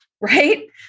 Right